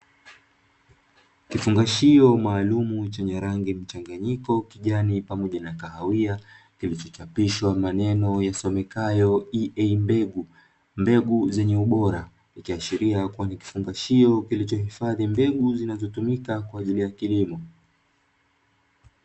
Kifungashio maalumu chenye rangi mchanganyiko kijani pamoja na kahawia kilichochapishwa maneno yasomekayo "EA" mbegu, mbegu zenye ubora; ikishiria kuwa ni kifungashio kilichohifadhi mbegu zinazotumika kwa ajili ya kilimo.